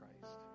Christ